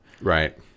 Right